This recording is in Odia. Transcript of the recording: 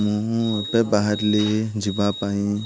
ମୁଁ ଏବେ ବାହାରିଲି ଯିବା ପାଇଁ